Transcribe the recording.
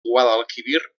guadalquivir